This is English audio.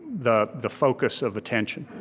the the focus of attention.